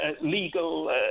legal